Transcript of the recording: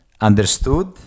understood